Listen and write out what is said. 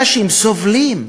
אנשים סובלים.